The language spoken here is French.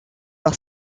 par